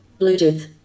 Bluetooth